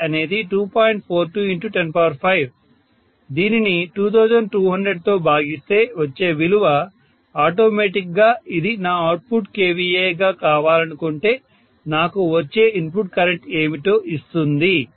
42105 దీనిని 2200తో భాగిస్తే వచ్చే విలువ ఆటోమేటిక్ గా ఇది నా అవుట్పుట్ kVA గా కావాలనుకుంటే నాకు వచ్చే ఇన్పుట్ కరెంట్ ఏమిటో ఇస్తుంది